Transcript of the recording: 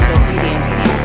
obedience